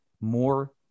more